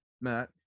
Matt